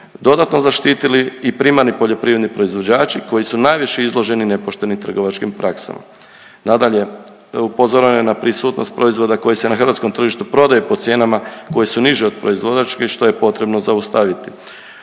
dodatno zaštitili i primarni poljoprivredni proizvođači koji su najviše izloženi nepoštenim trgovačkim praksama. Nadalje, upozoreno je na prisutnost proizvoda koji se na hrvatskom tržištu prodaju po cijenama koje su niže od proizvođačke što je potrebno zaustaviti.